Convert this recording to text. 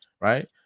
right